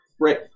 right